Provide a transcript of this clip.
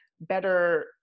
better